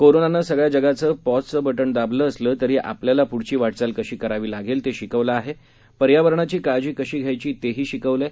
कोरोनानं सगळ्या जगाचं पॉझचं बटन दाबलं असलं तरी आपल्याला पुढची वाटचाल कशी करावी लागेल ते शिकवलं आहे पर्यावरणाची काळजी कशी घ्यायची ते ही शिकवलं आहे